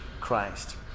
Christ